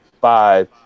five